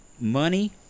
money